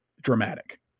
dramatic